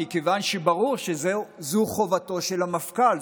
מכיוון שברור שזו חובתו של המפכ"ל,